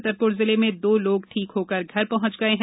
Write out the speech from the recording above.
छतरपुर जिले में दो लोग ठीक होकर घर पहुंच गये हैं